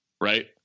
right